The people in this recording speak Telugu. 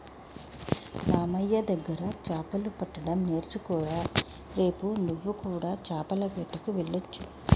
మామయ్య దగ్గర చాపలు పట్టడం నేర్చుకోరా రేపు నువ్వు కూడా చాపల వేటకు వెళ్లొచ్చు